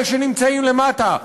אלה שנמצאים למטה,